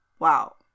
wow